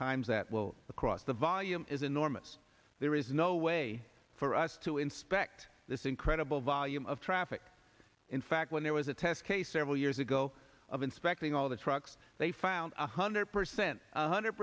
times that will across the volume is enormous there is no way for us to inspect this incredible volume of traffic in fact when there was a test case several years ago of inspecting all the trucks they found one hundred percent hundred